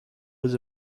was